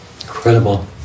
incredible